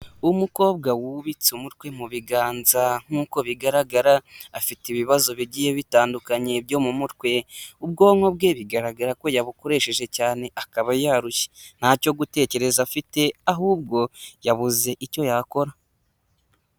Umukobwa wubitse umutwe mu biganza nk'uko bigaragara afite ibibazo bigiye bitandukanye byo mu mutwe, ubwonko bwe bigaragara ko yabukoresheje cyane akaba yarushye ntacyo gutekereza afite, ahubwo yabuze icyo yakora.